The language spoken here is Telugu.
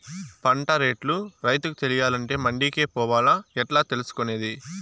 పంట రేట్లు రైతుకు తెలియాలంటే మండి కే పోవాలా? ఎట్లా తెలుసుకొనేది?